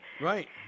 Right